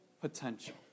potential